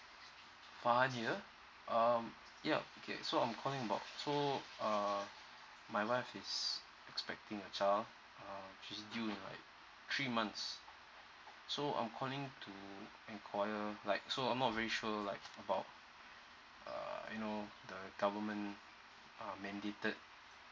fahan here um yup okay so I'm calling about so uh my wife is expecting a child um she is due in like three months so I'm calling to enquire like so I'm not very sure like about err you know the government um mandated